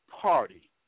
party